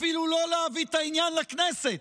ואפילו לא להביא את העניין לכנסת,